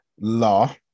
Law